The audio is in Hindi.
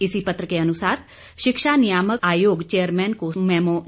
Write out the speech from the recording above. इसी पत्र के अनुसार शिक्षा नियामक आयोग चेयरमैन को मैमो जारी